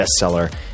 bestseller